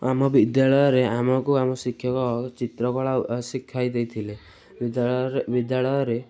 ଆମ ବିଦ୍ୟାଳୟରେ ଆମକୁ ଆମ ଶିକ୍ଷକ ଚିତ୍ରକଳା ଶିଖାଇ ଦେଇଥିଲେ ବିଦ୍ୟାଳୟରେ ବିଦ୍ୟାଳୟରେ